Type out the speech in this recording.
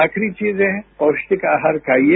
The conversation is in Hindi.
आखिरी चीजें पौष्टिक आहार खाइए